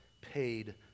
paid